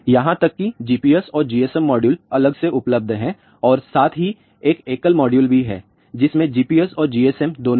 यहां तक कि GPS और GSM मॉड्यूल अलग से उपलब्ध हैं और साथ ही एक एकल मॉड्यूल भी है जिसमें GPS और GSM दोनों हैं